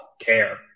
care